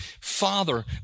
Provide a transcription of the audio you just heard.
father